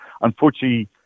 Unfortunately